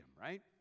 right